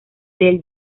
del